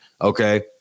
okay